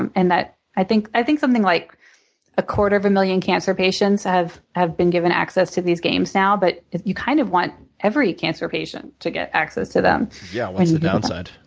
and and i think i think something like a quarter of a million cancer patients have have been given access to these games now, but you kind of want every cancer patient to get access to them. yeah, what's the downside?